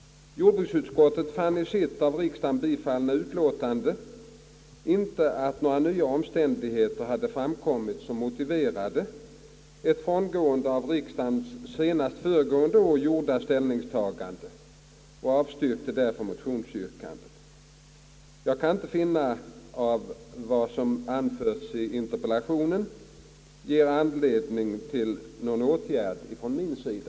Jordbruksutskottet fann i sitt av riksdagen bifallna utlåtande inte att några nya omständigheter hade framkommit som motiverade ett frångående av riksdagens senast föregående år gjorda ställningstagande och avstyrkte därför motionsyrkandet. Jag kan inte finna att vad som nu anförts i interpellationen ger anledning till någon åtgärd från min sida.